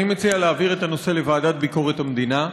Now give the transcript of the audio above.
אני מציע להעביר את הנושא לוועדת ביקורת המדינה,